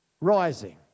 rising